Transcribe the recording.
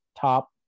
top